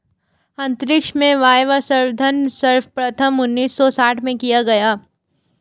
अंतरिक्ष में वायवसंवर्धन सर्वप्रथम उन्नीस सौ साठ में किया गया